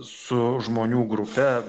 su žmonių grupe